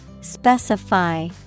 Specify